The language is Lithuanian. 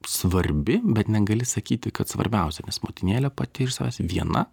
svarbi bet negali sakyti kad svarbiausia nes motinėlė pati iš savęs viena